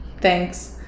thanks